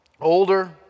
older